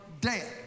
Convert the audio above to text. death